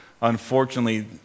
unfortunately